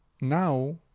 Now